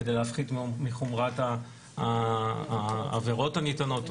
כדי להפחית מחומרת העבירות הניתנות,